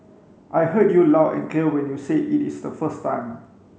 I heard you loud and clear when you said it is the first time